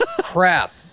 crap